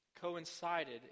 coincided